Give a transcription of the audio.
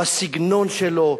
בסגנון שלו,